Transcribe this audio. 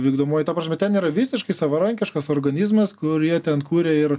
vykdomoji ta prasme ten yra visiškai savarankiškas organizmas kur jie ten kuria ir